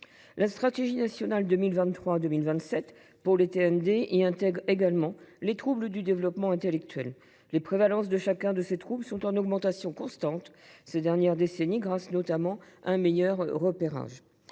La stratégie nationale 2023 2027 pour les TND y intègre également les troubles du développement intellectuel. La prévalence de chacun de ces troubles est en augmentation constante ces dernières décennies. On le sait notamment grâce à un meilleur repérage.